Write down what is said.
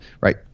right